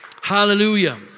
Hallelujah